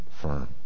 firm